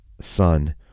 son